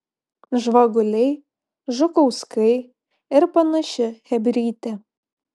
žvaguliai žukauskai ir panaši chebrytė